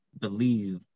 believe